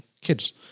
kids